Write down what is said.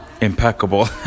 impeccable